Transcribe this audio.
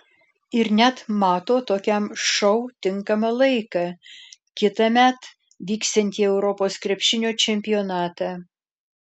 ir net mato tokiam šou tinkamą laiką kitąmet vyksiantį europos krepšinio čempionatą